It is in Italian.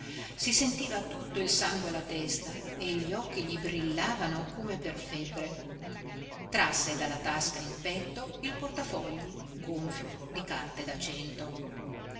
si sentiva tutto il sangue alla testa e gli occhi gli brillavano come per febbre trasse dalla tasca in petto il portafogli gonfio di carte da cento